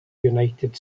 united